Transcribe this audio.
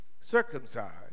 circumcised